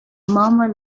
murmur